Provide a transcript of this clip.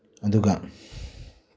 ꯑꯗꯨꯒ